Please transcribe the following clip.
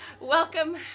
Welcome